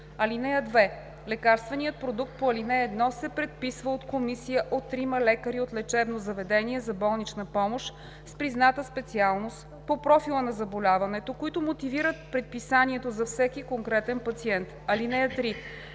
(2) Лекарственият продукт по ал. 1 се предписва от комисия от трима лекари от лечебно заведение за болнична помощ с призната специалност по профила на заболяването, които мотивират предписанието за всеки конкретен пациент. (3)